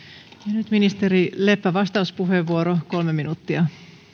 nyt ministeri leppä vastauspuheenvuoro kolme minuuttia